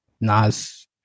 Nas